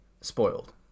spoiled